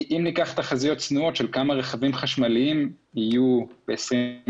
אם ניקח תחזיות צנועות של כמה רכבים חשמליים יהיו ב-2030,